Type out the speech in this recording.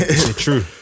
True